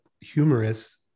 humorous